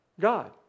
God